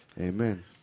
Amen